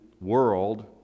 world